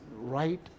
right